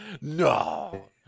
no